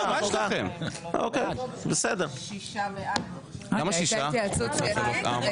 ב-8:41 התחילה ההתייעצות.